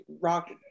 rock